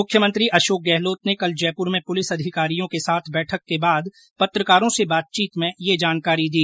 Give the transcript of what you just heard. मुख्यमंत्री अशोक गहलोत ने कल जयपुर में पुलिस अधिकारियों के साथ बैठक के बाद पत्रकारों से बातचीत में ये जानकारी दी